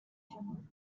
him